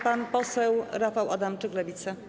Pan poseł Rafał Adamczyk, Lewica.